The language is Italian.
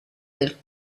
del